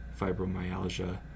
fibromyalgia